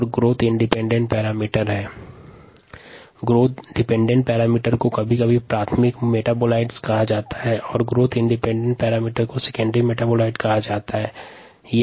growth dependent parameter को प्राथमिक metabolites और ग्रोथ इंडिपेंडेंट पैरामीटर को द्वितीयक मेटाबोलाइट्स कहा जाता है